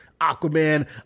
Aquaman